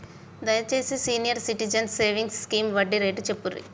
దయచేసి senior citizens savings scheme వడ్డీ rate చెప్పుర్రి